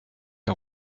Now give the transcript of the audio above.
des